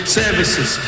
services